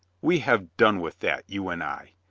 we have done with that, you and i.